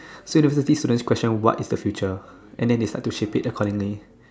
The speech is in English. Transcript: so university question what is the future and then they start to shape it accordingly